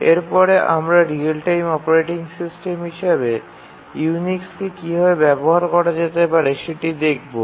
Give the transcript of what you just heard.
এরপরে আমরা real time operating system হিসাবে ইউনিক্সকে কিভাবে ব্যবহার করা যেতে পারে সেটি দেখবো